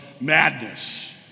madness